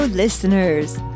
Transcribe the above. Listeners